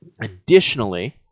Additionally